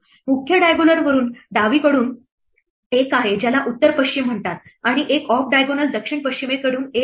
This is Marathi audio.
मुख्य diagonal वरून डावीकडून एक आहे ज्याला उत्तर पश्चिम म्हणतात आणि एक ऑफ diagonal दक्षिण पश्चिमेकडून एक आहे